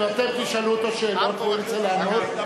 אם אתם תשאלו אותו שאלות הוא ירצה לענות.